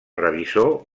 revisor